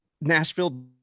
Nashville